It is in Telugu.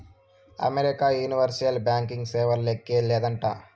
అమెరికా యూనివర్సల్ బ్యాంకీ సేవలకు లేక్కే లేదంట